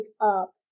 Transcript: up